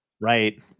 Right